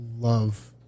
love